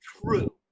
true